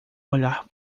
olhar